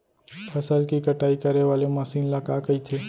फसल की कटाई करे वाले मशीन ल का कइथे?